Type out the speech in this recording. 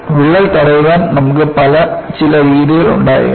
വിള്ളൽ തടയാൻ നമുക്ക് ചില രീതികൾ ഉണ്ടായിരിക്കണം